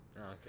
Okay